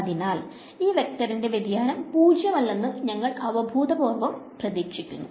അതിനാൽ ഈ വെക്റ്ററിന്റെ വ്യതിയാനം പൂജ്യമല്ലെന്ന് ഞങ്ങൾ അവബോധപൂർവ്വം പ്രതീക്ഷിക്കുന്നു